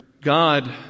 God